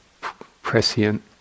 prescient